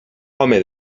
home